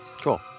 Cool